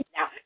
Now